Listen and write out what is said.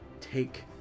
take